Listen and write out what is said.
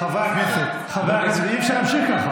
כל האזרחים חושבים כך.